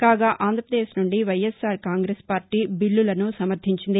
కాగా ఆంధ్రప్రదేశ్ నుండి YSR Congress party బిల్లులను సమర్దించింది